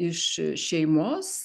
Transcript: iš šeimos